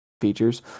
features